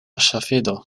ŝafido